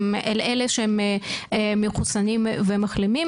לאלה שהם מחוסנים ומחלימים,